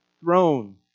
throne